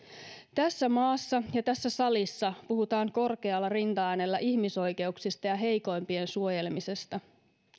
tässä maassa ja tässä salissa puhutaan korkealla rintaäänellä ihmisoikeuksista ja heikoimpien suojelemisesta